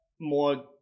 more